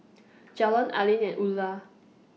Jalon Aleen and Eulah